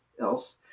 else